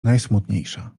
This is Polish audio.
najsmutniejsza